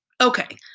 Okay